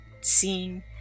seeing